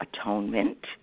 atonement